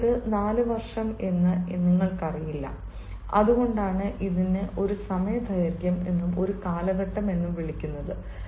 ഇപ്പോൾ ഏത് 4 വർഷം എന്ന് നിങ്ങൾക്കറിയില്ല അതുകൊണ്ടാണ് ഇതിനെ ഒരു സമയദൈർഘ്യം എന്നും ഒരു കാലഘട്ടം എന്നും വിളിക്കുന്നത്